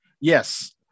yes